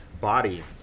body